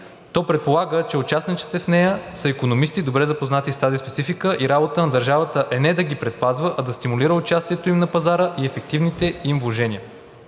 то предполага, че участниците в нея са икономисти, добре запознати с тази специфика, и работата на държавата е не да ги предпазва, а да стимулира участието им на пазара и ефективните им вложения.